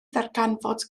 ddarganfod